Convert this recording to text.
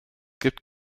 gibt